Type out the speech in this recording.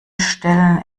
stellen